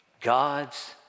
God's